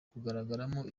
kugaragaramo